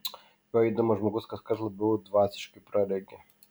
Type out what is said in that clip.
juo eidamas žmogus kaskart labiau dvasiškai praregi